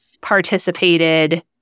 participated